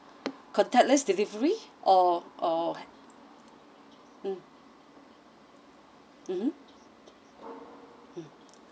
contactless delivery or or mm mmhmm mm